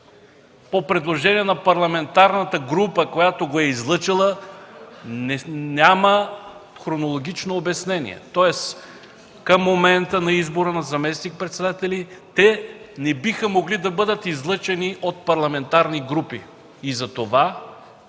„по предложение на парламентарната група, която го е излъчила” няма хронологично обяснение. Тоест към момента на избора на заместник-председатели те не биха могли да бъдат излъчени от парламентарни групи.